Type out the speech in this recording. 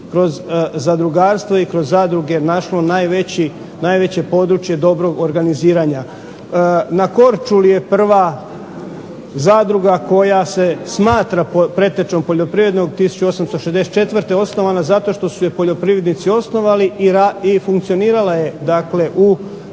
kroz zadrugarstvo i kroz zadruge našlo najveće područje dobrog organiziranja. Na Korčuli je prva zadruga koja se smatra pretečom poljoprivrednog, 1864. osnovana zato što su je poljoprivrednici osnovali i funkcionirala je